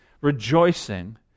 rejoicing